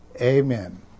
Amen